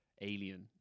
alien